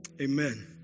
amen